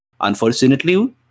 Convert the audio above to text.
unfortunately